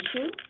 issue